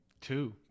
two